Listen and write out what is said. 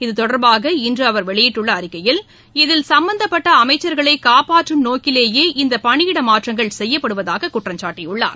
இத்தொடர்பாக இன்று அவர் வெளியிட்டுள்ள அறிக்கையில் இதில் சும்பந்தப்பட்ட அமைச்சர்களை காப்பாற்றும் நோக்கிலேயே இந்த பணியிட மாற்றங்கள் செய்யப்படுவதாக குற்றம் சாட்டியுள்ளார்